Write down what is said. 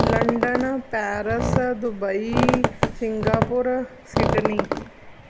London Paris Dubai Singapore Sydney